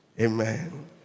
amen